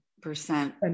percent